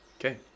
Okay